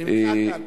הנמצא כאן.